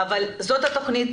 אבל זו התכנית,